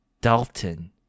dalton